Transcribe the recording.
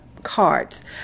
cards